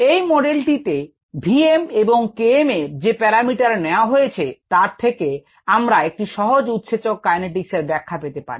এই মডেলটিতে vm এবং Km এর যে প্যারামিটার নেয়া হয়েছে তার থেকে আমরা একটি সহজ উৎসেচক কাইনেটিক ব্যাখ্যা পেতে পারি